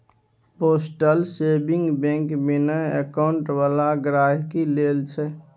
postal saving bank बिना account बला गहिंकी लेल छै